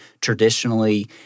traditionally